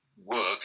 work